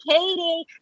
Katie